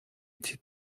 эти